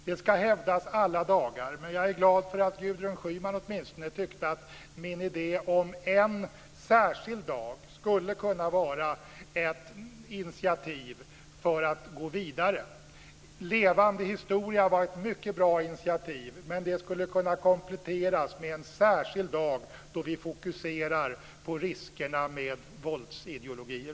Det ska hävdas alla dagar men jag är glad över att Gudrun Schyman åtminstone tyckte att min idé om en särskild dag skulle kunna vara ett initiativ för att gå vidare. Projektet Levande historia var ett mycket bra initiativ. Det skulle kunna kompletteras med en särskild dag då vi fokuserar på riskerna med våldsideologier.